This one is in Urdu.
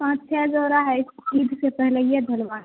پانچ چھ جورا ہے عید سے پہلے یہ دھلوانا ہے